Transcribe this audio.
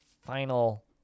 final